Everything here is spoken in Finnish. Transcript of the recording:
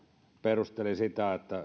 perusteli sitä että